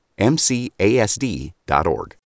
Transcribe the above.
MCASD.org